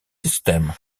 system